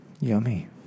Yummy